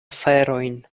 aferojn